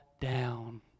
down